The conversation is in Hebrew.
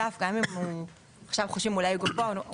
גם אם עכשיו חושבים שהסף הוא גבוה או